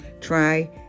Try